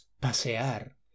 pasear